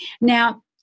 Now